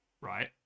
right